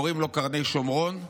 שקוראים לו קרני שומרון,